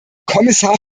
kommissar